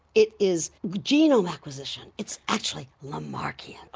it is genome acquisition. it's actually lamarckian. ah,